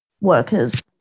workers